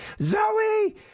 Zoe